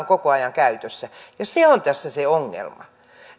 koko ajan käytössä ja se on tässä se ongelma